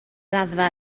raddfa